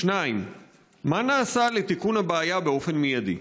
2. מה נעשה לתיקון הבעיה באופן מיידי?